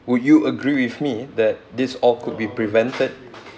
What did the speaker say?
would you agree with me that these all could be prevented